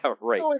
right